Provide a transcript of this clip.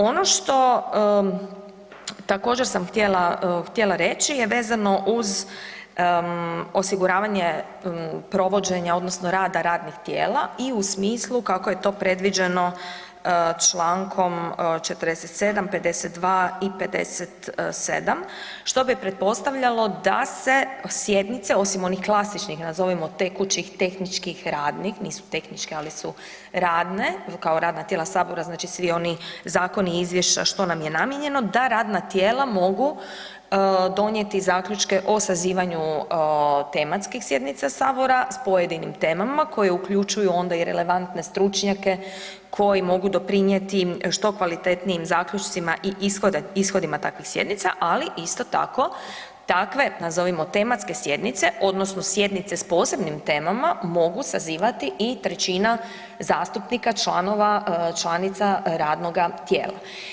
Ono što također sam htjela, htjela reći je vezano uz osiguravanje provođenja odnosno rada radnih tijela i u smislu kako je to predviđeno čl. 47., 52. i 57., što bi pretpostavljalo da se sjednice osim onih klasičnih nazovimo tekućih, tehničkih, radnih, nisu tehničke, ali su radne, kao radna tijela sabora, znači svi oni zakoni i izvješća što nam je namijenjeno da radna tijela mogu donijeti zaključke o sazivanju tematskih sjednica sabora s pojedinim temama koje uključuju onda i relevantne stručnjake koji mogu doprinjeti što kvalitetnijim zaključcima i ishodima takvih sjednica, ali isto tako takve nazovimo tematske sjednice odnosno sjednice s posebnim temama mogu sazivati i trećina zastupnika članova, članica radnoga tijela.